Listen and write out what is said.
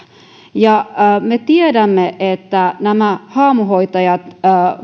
me tiedämme että nämä haamuhoitajat